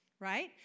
Right